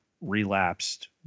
relapsed